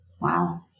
Wow